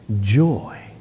Joy